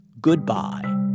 goodbye